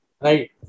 Right